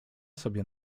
sobie